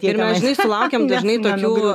ir dažnai sulaukiam dažnai tokių